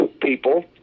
people